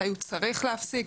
מתי הוא צריך להפסיק.